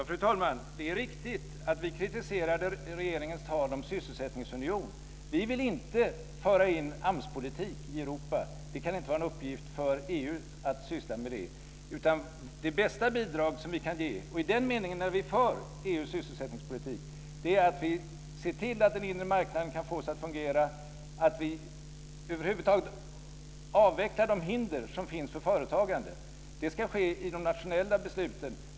Fru talman! Det är riktigt att vi kritiserade regeringens tal om en sysselsättningsunion. Vi vill inte föra in AMS-politik i Europa. Det kan inte vara en uppgift för EU. Det bästa bidrag som vi kan ge, och i den meningen är vi för EU:s sysselsättningspolitik, är att vi ser till att den inre marknaden kan fås att fungera, att vi över huvud taget avvecklar de hinder som finns för företagande. Det ska ske i de nationella besluten.